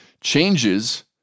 Changes